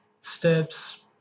steps